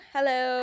Hello